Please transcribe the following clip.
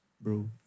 Bro